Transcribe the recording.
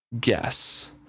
guess